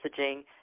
messaging